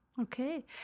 Okay